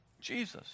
Jesus